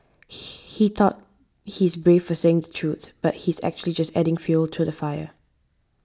he thought he is brave for saying the truth but he is actually just adding fuel to the fire